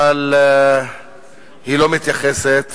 אבל היא לא מתייחסת